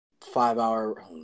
five-hour